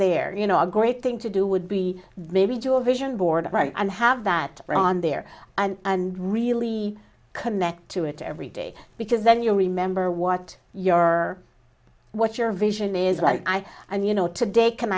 there you know a great thing to do would be maybe to a vision board right and have that are on there and really connect to it every day because then you remember what your what your vision is like i and you know today can